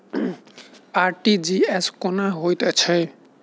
RTGS कोना होइत छै?